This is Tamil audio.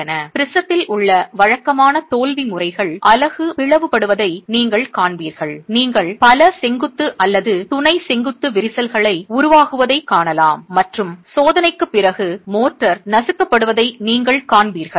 ப்ரிஸத்தில் உள்ள வழக்கமான தோல்வி முறைகள் அலகு பிளவுபடுவதை நீங்கள் காண்பீர்கள் நீங்கள் பல செங்குத்து அல்லது துணை செங்குத்து விரிசல்களை உருவாகுவதைக் காணலாம் மற்றும் சோதனைக்குப் பிறகு மோர்டார் நசுக்கப்படுவதை நீங்கள் காண்பீர்கள்